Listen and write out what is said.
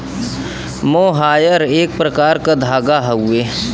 मोहायर एक प्रकार क धागा हउवे